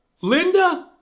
Linda